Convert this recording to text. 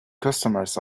customers